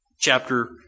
chapter